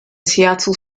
seattle